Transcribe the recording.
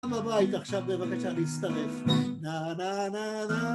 כולם בבית עכשיו בבקשה להצטרף. נה נה נה נה